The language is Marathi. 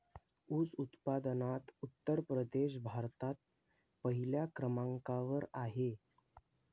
ऊस उत्पादनात उत्तर प्रदेश भारतात पहिल्या क्रमांकावर आहे